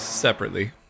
Separately